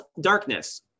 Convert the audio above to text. darkness